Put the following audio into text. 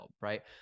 right